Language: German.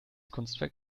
kunstwerk